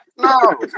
No